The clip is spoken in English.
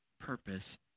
purpose